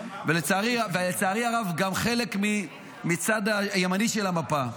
ולצערי הרב גם חלק מהצד הימני של המפה,